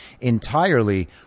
entirely